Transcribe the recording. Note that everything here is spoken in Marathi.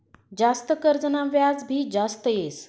जास्त कर्जना व्याज भी जास्त येस